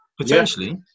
potentially